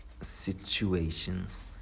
Situations